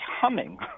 humming